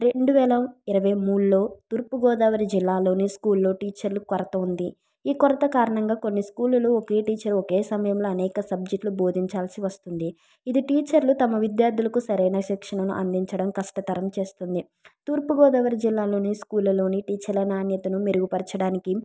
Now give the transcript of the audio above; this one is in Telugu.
రెండు వేల ఇరవై మూడులో తూర్పుగోదావరి జిల్లాలోని స్కూళ్ళులో టీచర్ల కొరత ఉంది ఈ కొరత కారణంగా కొన్ని స్కూళ్ళలలో ఒకే టీచర్ ఒకే సమయంలో అనేక సబ్జెక్టులు బోధించాల్సి వస్తుంది ఇది టీచర్లు తమ విద్యార్థులకు సరైన శిక్షను అందించడం కష్టతరం చేస్తుంది తూర్పుగోదావరి జిల్లాలో స్కూళ్ళలోని టీచర్ల నాణ్యతను మెరుగుపరచడానికి